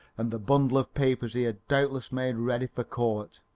and the bundle of papers he had doubtless made ready for court.